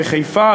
בחיפה,